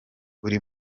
buri